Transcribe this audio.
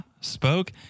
spoke